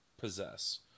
possess